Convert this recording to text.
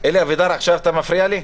אלי אבידר, עכשיו אתה מפריע לי?